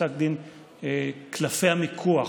פסק דין קלפי המיקוח,